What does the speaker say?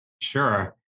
Sure